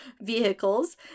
vehicles